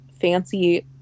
fancy